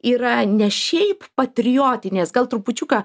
yra ne šiaip patriotinės gal trupučiuką